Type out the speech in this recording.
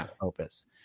opus